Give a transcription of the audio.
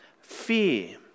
fear